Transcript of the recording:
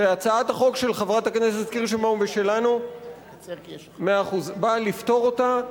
שהצעת החוק של חברת הכנסת קירשנבאום ושלנו באה לפתור אותו.